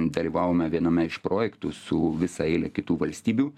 dalyvavome viename iš projektų su visa eile kitų valstybių